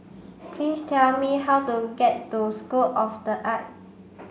please tell me how to get to School of The Art